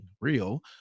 real